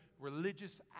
religious